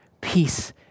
Peace